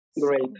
Great